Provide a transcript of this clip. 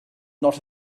not